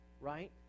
right